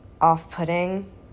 off-putting